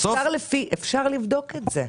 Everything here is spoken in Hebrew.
אפשר לבדוק את זה.